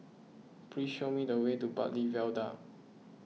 please show me the way to Bartley Viaduct